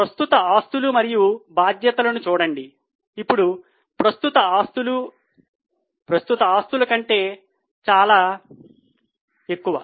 కాబట్టి ప్రస్తుత ఆస్తులు మరియు బాధ్యతలను చూడండి ఇప్పుడు ప్రస్తుత ఆస్తులు ప్రస్తుత ఆస్తుల కంటే చాలా ఎక్కువ